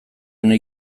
ene